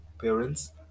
parents